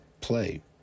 play